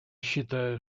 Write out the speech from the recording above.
считаю